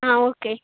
okay